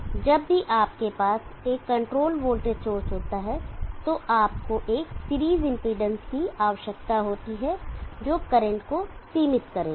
इसलिए जब भी आपके पास एक कंट्रोल्ड वोल्टेज सोर्स होता है तो आपको एक सीरीज इंपेडेंस की आवश्यकता होती है जो करंट को सीमित करेगा